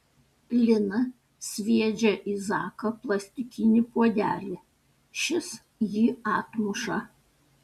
lina sviedžia į zaką plastikinį puodelį šis jį atmuša